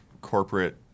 corporate